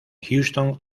houston